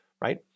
right